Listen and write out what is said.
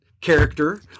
character